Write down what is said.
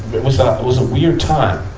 it was ah it was a weird time.